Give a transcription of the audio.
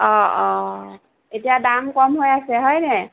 অঁ অঁ এতিয়া দাম কম হৈ আছে হয়নে